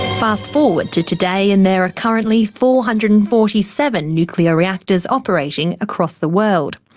fast forward to today and there are currently four hundred and forty seven nuclear reactors operating across the world.